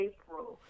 April